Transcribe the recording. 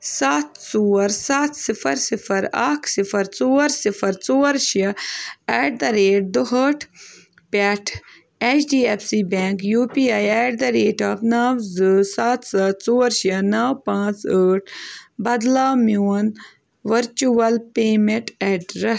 سَتھ ژور سَتھ صِفر صِفر اَکھ صِفر ژور صِفر ژور شےٚ ایٹ دَ ریٹ دُہأٹھ پٮ۪ٹھ H D F C bank U P I at the rate of نَو زٕ سَتھ سَتھ ژور شےٚ نَو پانٛژھ ٲٹھ بدلاو میون ؤرچُوَل پیمٮ۪نٛٹ اٮ۪ڈرَ